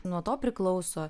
nuo to priklauso